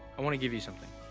i want to give you something.